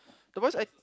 the voice act